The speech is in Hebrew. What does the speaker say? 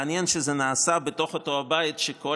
מעניין שזה נעשה בתוך אותו הבית שבו